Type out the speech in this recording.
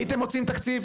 הייתם מוצאים תקציב?